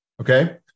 okay